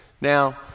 Now